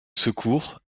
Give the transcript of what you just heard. secours